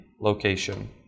location